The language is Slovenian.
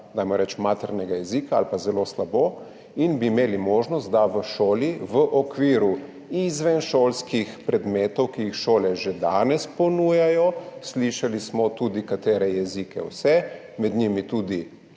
dajmo reči, maternega jezika ali pa zelo slabo in bi imeli možnost, da v šoli v okviru izvenšolskih predmetov, ki jih šole že danes ponujajo, slišali smo tudi, katere jezike vse, med njimi tudi